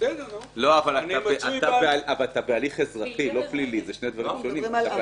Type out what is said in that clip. כי כל עבירה מתיישנת למעט